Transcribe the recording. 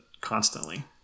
constantly